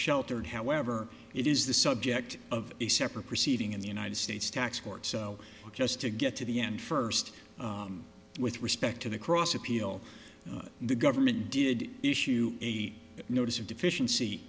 sheltered however it is the subject of a separate proceeding in the united states tax court so just to get to the end first with respect to the cross appeal the government did issue eight notice of deficiency